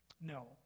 no